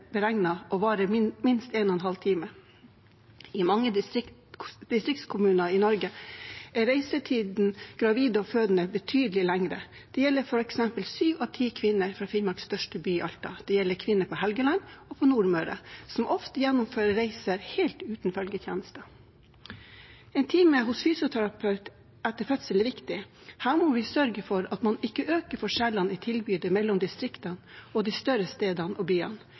minst halvannen time. I mange distriktskommuner i Norge er reisetiden til gravide og fødende betydelig lengre. Det gjelder f.eks. syv av ti kvinner fra Finnmarks største by, Alta, og det gjelder kvinner på Helgeland og på Nordmøre, som ofte gjennomfører reiser helt uten følgetjeneste. En time hos fysioterapeut etter fødsel er viktig. Her må man sørge for at man ikke øker forskjellene i tilbudet mellom distriktene og de større stedene og byene.